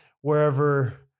wherever